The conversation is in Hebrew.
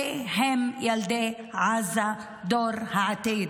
אלה הם ילדי עזה, דור העתיד.